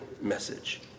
message